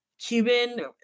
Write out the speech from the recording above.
Cuban